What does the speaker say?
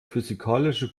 physikalische